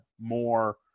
more